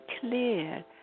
clear